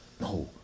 No